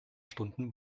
stunden